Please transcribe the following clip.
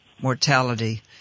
mortality